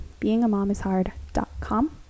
beingamomishard.com